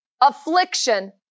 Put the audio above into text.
affliction